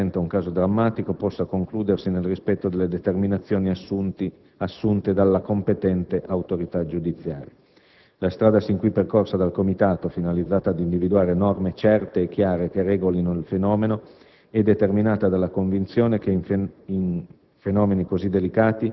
che la vicenda, che rappresenta un caso drammatico, possa concludersi nel rispetto delle determinazioni assunte dalla competente autorità giudiziaria. La strada sin qui percorsa dal Comitato, finalizzata ad individuare norme certe e chiare che regolino il fenomeno, è determinata dalla convinzione che, in